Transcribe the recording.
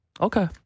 Okay